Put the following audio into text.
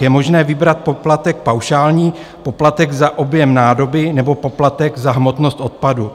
Je možné vybrat poplatek paušální, poplatek za objem nádoby nebo poplatek za hmotnost odpadu.